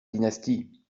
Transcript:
dynastie